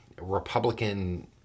Republican